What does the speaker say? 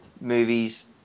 movie's